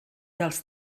dels